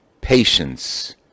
patience